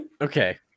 okay